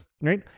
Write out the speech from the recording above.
right